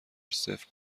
صفر